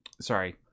sorry